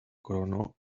coronó